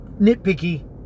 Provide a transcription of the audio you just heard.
Nitpicky